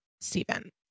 Stephen